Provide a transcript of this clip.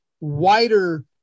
wider